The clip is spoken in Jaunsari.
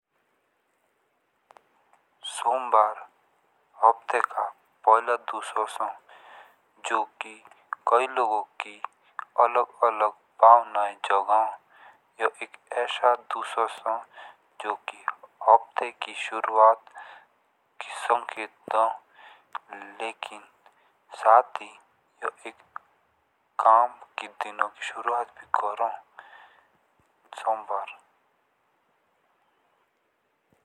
सोमवार हफ्ते का पहला दिन है जो कि कई लोगों की अलग अलग भावनाएं जगाता है। यह एक ऐसा दिन जो कि हफ्ते की शुरुआत के संकेत देता है और साथ ही यह काम के दिनों की शुरुआत भी करता है। सोमवार।